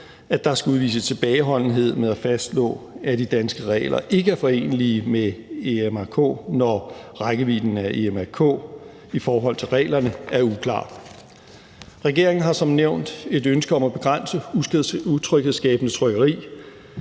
at der skal udvises tilbageholdenhed med at fastslå, at de danske regler ikke er forenelige med EMRK, når rækkevidden af EMRK i forhold til reglerne er uklar. Regeringen har som nævnt et ønske om at begrænse utryghedsskabende tiggeri,